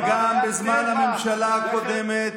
וגם בזמן הממשלה הקודמת,